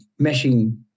meshing